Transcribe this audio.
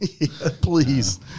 Please